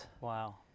Wow